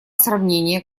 сравнения